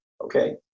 okay